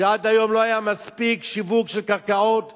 שעד היום לא היה מספיק שיווק של קרקעות לבנייה.